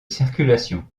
circulation